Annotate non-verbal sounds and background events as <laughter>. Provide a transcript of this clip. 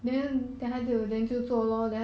<laughs>